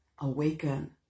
Awaken